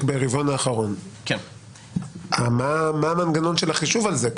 ברבעון האחרון מה המנגנון של החישוב הזה?